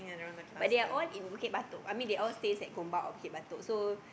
but they are all in Bukit-Batok I mean they all stay at Gombak or Bukit-Batok so